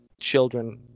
children